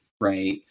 right